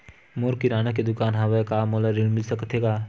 मोर किराना के दुकान हवय का मोला ऋण मिल सकथे का?